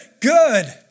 good